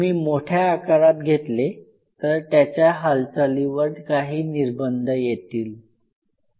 तुम्ही मोठ्या आकारात घेतले तर त्याच्या हालचाली वर काही निर्बंध येतील